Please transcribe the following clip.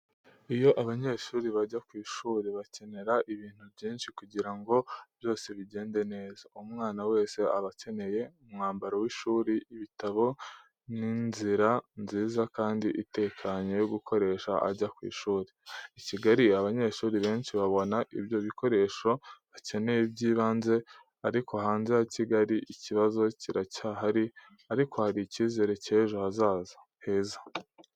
Iyo abanyeshuri bajya ku ishuri, bakenera ibintu byinshi kugira ngo byose bigende neza. Umwana wese aba akeneye umwambaro w’ishuri, ibitabo, n’inzira nziza kandi itekanye yo gukoresha ajya ku ishuri. I Kigali, abanyeshuri benshi babona ibyo bikoresho bakeneye by’ibanze, ariko hanze ya Kigali, ikibazo kiracyahari ariko hari icyizere cy’ejo hazaza heza.